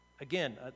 Again